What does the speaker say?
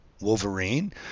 Wolverine